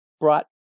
brought